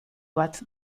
bat